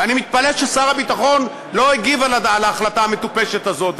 ואני מתפלא ששר הביטחון לא הגיב על ההחלטה המטופשת הזאת,